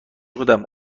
خودم